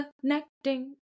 connecting